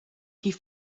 die